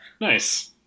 Nice